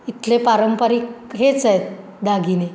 इथले पारंपरिक हेच आहेत दागिने